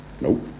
Nope